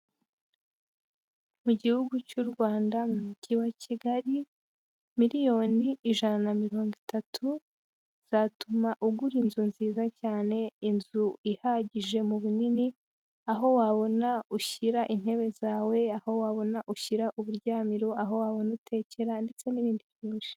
Mu gihugu cy'u Rwanda, mu Mujyi wa Kigali, miliyoni ijana na mirongo itatu zatuma ugura inzu nziza cyane, inzu ihagije mu bunini, aho wabona ushyira intebe zawe, aho wabona ushyira uburyamiro, aho wabona utekera ndetse n'ibindi byinshi.